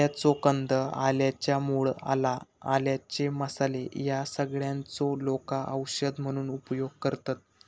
आल्याचो कंद, आल्याच्या मूळ, आला, आल्याचे मसाले ह्या सगळ्यांचो लोका औषध म्हणून उपयोग करतत